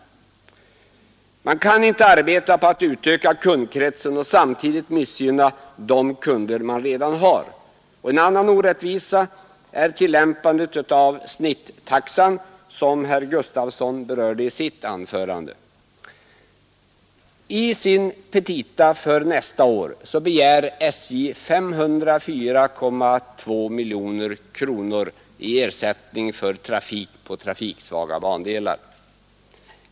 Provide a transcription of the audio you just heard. Man kan inte arbeta på att utöka kundkretsen och samtidigt missgynna de kunder man redan har. En annan orättvisa är tillämpandet av snittaxan, som herr Gustafson i Göteborg berörde i sitt anförande. I sina petita för nästa år begär SJ 504,2 miljoner kronor i ersättning för trafik på trafiksvaga bandelar.